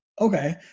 Okay